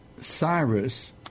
Cyrus